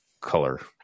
color